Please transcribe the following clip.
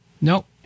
Nope